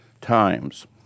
times